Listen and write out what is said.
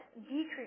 decrease